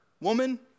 Woman